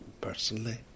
personally